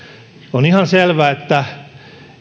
on ihan selvä että